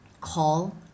call